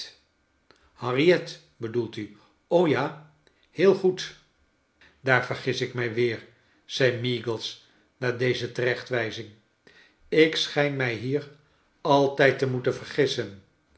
harriet bedoelt u o ja heel goed daar vergis ik mij weer zei meagles na deze terechtwij zing ik schijn mij liier altijd te moeten vergissen